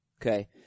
Okay